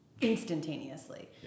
instantaneously